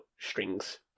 strings